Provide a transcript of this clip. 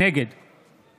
נגד